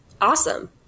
awesome